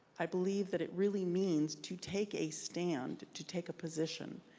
i believe that it really means to take a stand, to take a position.